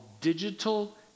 Digital